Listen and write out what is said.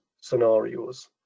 scenarios